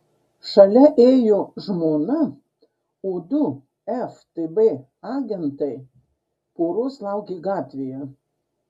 šalia ėjo žmona o du ftb agentai poros laukė gatvėje